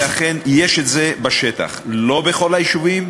ואכן יש בשטח לא בכל היישובים,